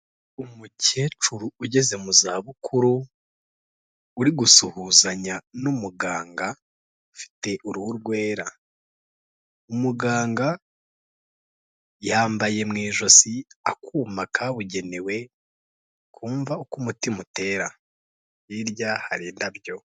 Umukecuru ugeze mu za bukuru uri gusuhuzanya n'umuganga ufite uruhu rwera, umuganga yambaye mu ijosi akuma kabugenewe kumva uko umutima utera, hirya hari indabyo.